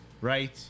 right